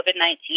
COVID-19